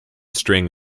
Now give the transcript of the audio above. string